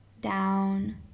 down